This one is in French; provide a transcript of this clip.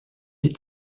est